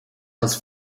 has